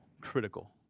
Critical